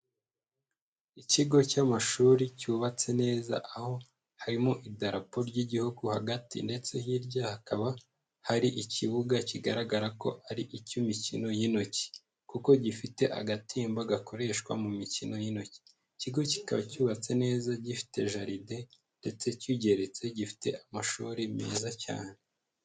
Ikigo cy'amashuri cyubatse neza aho harimo idarapo ry'igihugu hagati ndetse hirya hakaba hari ikibuga kigaragara ko ari ik'imikino y'intoki, kuko gifite agatimba gakoreshwa mu mikino y'intoki, ikigo kikaba cyubatse neza gifite jaride ndetse kigeretse gifite amashuri meza cyane.